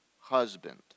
husband